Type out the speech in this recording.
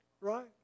right